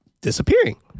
disappearing